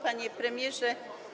Panie Premierze!